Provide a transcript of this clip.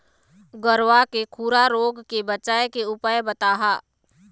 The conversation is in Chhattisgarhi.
गरवा के खुरा रोग के बचाए के उपाय बताहा?